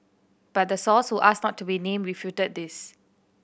but the source who asked not to be named refuted this